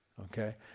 okay